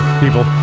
people